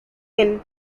near